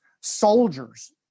soldiers